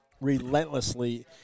relentlessly